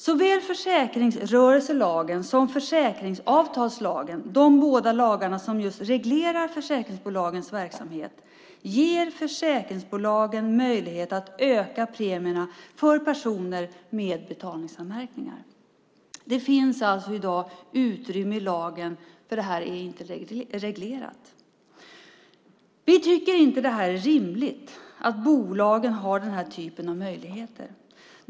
Såväl försäkringsrörelselagen som försäkringsavtalslagen - alltså de båda lagar som reglerar försäkringsbolagens verksamhet - ger försäkringsbolagen möjlighet att höja premierna för personer med betalningsanmärkningar. I dag finns här ett utrymme i lagen eftersom detta inte är reglerat. Vi tycker inte att det är rimligt att bolagen har den här typen av möjligheter.